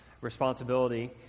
responsibility